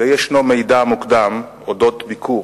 וישנו מידע מוקדם על ביקור